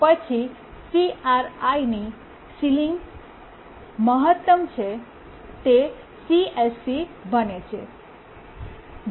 પછી CRi ની ceiling મહત્તમ છે તે CSC બને છે